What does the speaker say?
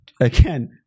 Again